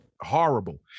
horrible